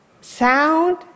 sound